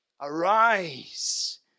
arise